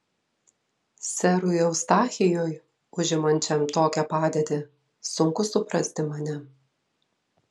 serui eustachijui užimančiam tokią padėtį sunku suprasti mane